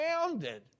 founded